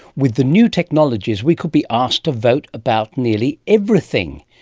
with the new technologies we could be asked to vote about nearly everything.